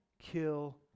kill